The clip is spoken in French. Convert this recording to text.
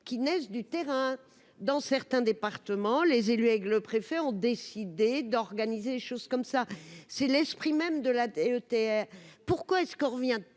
qui naissent du terrain dans certains départements, les élus et le préfet ont décidé d'organiser les choses comme ça, c'est l'esprit même de la DETR pourquoi est-ce qu'on revient